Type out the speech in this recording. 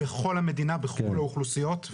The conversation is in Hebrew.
בכל המדינה, בכל האוכלוסיות.